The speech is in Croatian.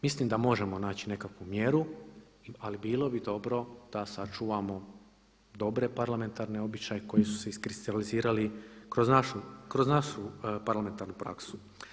Mislim da možemo naći nekakvu mjeru ali bilo bi dobro da sačuvamo dobre parlamentarne običaje koji su se iskristalizirali kroz našu parlamentarnu praksu.